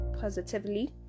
positively